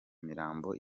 mirambo